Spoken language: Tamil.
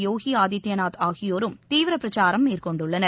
யோகி ஆதித்யநாத் ஆகியோரும் தீவிர பிரச்சாரம் மேற்கொண்டுள்ளனர்